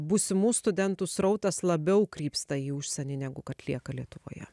būsimų studentų srautas labiau krypsta į užsienį negu kad lieka lietuvoje